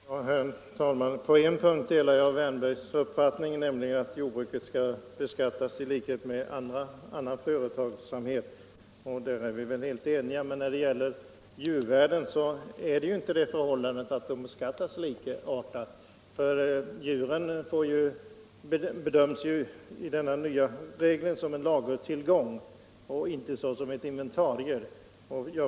Herr talman! På en punkt delar jag herr Wärnbergs uppfattning, nämligen att jordbruket skall beskattas i likhet med annan företagsamhet. Men när det gäller värdet av djur är inte beskattningen likartad. Djur bedöms enligt de nya reglerna som en lagertillgång och inte som inventarier.